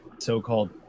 so-called